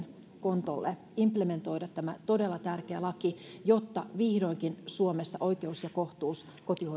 kontolle implementoida tämä todella tärkeä laki jotta vihdoinkin suomessa oikeus ja kohtuus